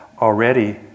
already